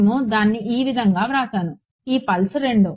నేను దాన్ని ఈ విధంగా వ్రాసాను ఈ పల్స్ 2